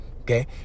okay